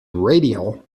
radial